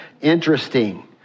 Interesting